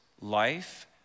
life